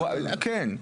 כן,